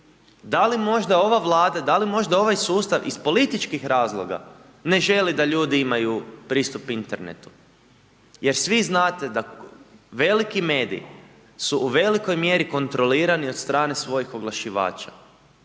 da li možda ova Vlada, da li možda ovaj sustav iz političkih razloga ne želi da ljudi imaju pristup internetu, jer svi znate da veliki mediji su u velikoj mjeri kontrolirani od strane svojih oglašivača.